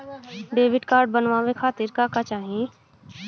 Debit card बनवावे खातिर का का चाही?